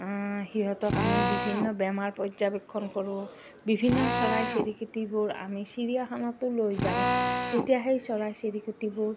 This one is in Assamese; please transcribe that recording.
সিহঁতক আমি বিভিন্ন বেমাৰ পৰ্যবেক্ষণ কৰোঁ বিভিন্ন চৰাই চিৰিকতিবোৰ আমি চিৰিয়াখখনতো লৈ যাওঁ তেতিয়া সেই চৰাই চিৰিকতিবোৰ